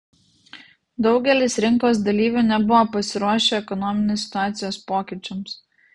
daugelis rinkos dalyvių nebuvo pasiruošę ekonominės situacijos pokyčiams